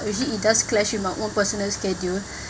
but usually it does clash with my own personal schedule